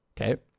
Okay